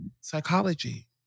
psychology